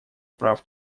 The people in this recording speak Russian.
прав